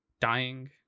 dying